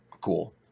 Cool